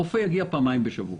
רופא יגיע פעמיים בשבוע.